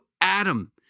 Adam